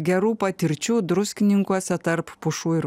gerų patirčių druskininkuose tarp pušų ir